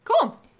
cool